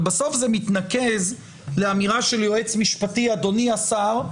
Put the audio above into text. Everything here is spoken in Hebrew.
אבל בסוף זה מתנקז לאמירה של יועץ משפטי שאומר: אדוני השר,